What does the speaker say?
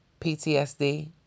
PTSD